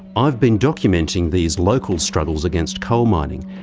i've been documenting these local struggles against coal mining,